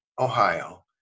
Ohio